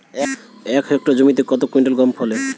এক হেক্টর জমিতে কত কুইন্টাল গম ফলে?